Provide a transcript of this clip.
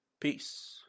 Peace